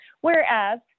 Whereas